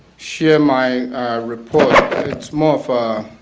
share my report it's more of